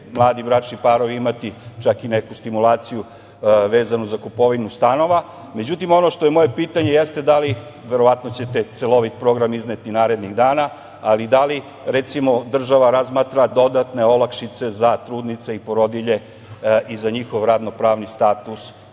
mladi bračni parovi imati čak i neku stimulaciju vezanu za kupovinu stanova. Ono što je moje pitanje, jeste da li, verovatno ćete celovit program izneti narednih dana, ali da li recimo, država razmatra dodatne olakšice za trudnice i porodilje i za njihov radno-pravni status